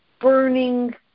burning